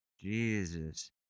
Jesus